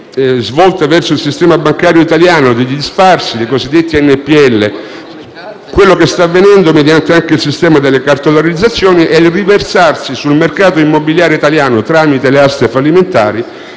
europei verso il sistema bancario italiano affinché questo si disfaccia dei cosiddetti NPL. Quello che sta avvenendo, anche mediante il sistema delle cartolarizzazioni, è il riversarsi sul mercato immobiliare italiano, tramite le aste fallimentari,